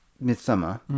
Midsummer